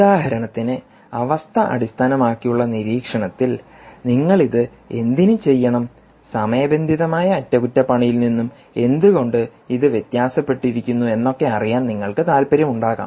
ഉദാഹരണത്തിന് അവസ്ഥ അടിസ്ഥാനമാക്കിയുള്ള നിരീക്ഷണത്തിൽ നിങ്ങളിത് എന്തിന് ചെയ്യണം സമയബന്ധിതമായ അറ്റകുറ്റപ്പണിയിൽ നിന്നും എന്തുകൊണ്ട് ഇത് വ്യത്യാസപ്പെട്ടിരിക്കുന്നു എന്നൊക്കെ അറിയാൻ നിങ്ങൾക്ക് താല്പര്യം ഉണ്ടാകാം